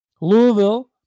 Louisville